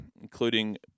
including